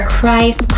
Christ